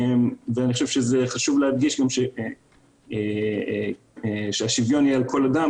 אני חושב שחשוב להדגיש שהשוויון יהיה על כל אדם,